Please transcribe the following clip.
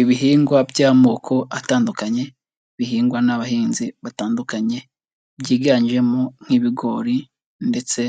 Ibihingwa by'amoko atandukanye, bihingwa n'abahinzi batandukanye, byiganjemo nk'ibigori ndetse